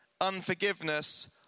unforgiveness